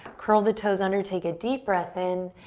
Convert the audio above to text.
curl the toes under, take a deep breath in.